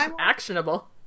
actionable